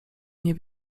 nie